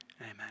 Amen